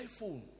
iPhone